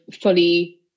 fully